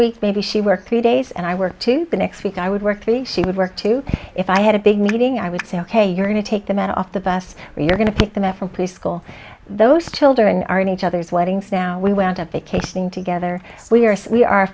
week maybe she worked three days and i work to the next week i would work three she would work two if i had a big meeting i would say ok you're going to take the man off the bus or you're going to pick them up from preschool those children are in each other's weddings now we went up vacationing together we are we